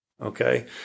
okay